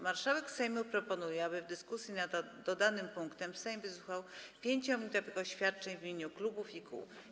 Marszałek Sejmu proponuje, aby w dyskusji nad dodanym punktem Sejm wysłuchał 5-minutowych oświadczeń w imieniu klubów i kół.